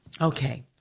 Okay